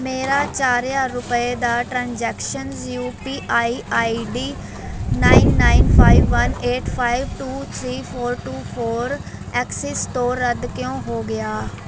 ਮੇਰਾ ਚਾਰ ਹਜ਼ਾਰ ਰੁਪਏ ਦਾ transactions U P I I D nine nine five one eight five two three four two four Axis ਤੋਂ ਰੱਦ ਕਿਉਂ ਹੋ ਗਿਆ